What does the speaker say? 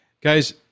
Guys